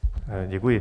Děkuji.